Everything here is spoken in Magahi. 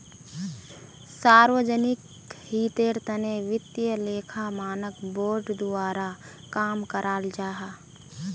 सार्वजनिक हीतेर तने वित्तिय लेखा मानक बोर्ड द्वारा काम कराल जाहा